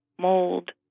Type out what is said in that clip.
mold